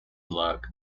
luck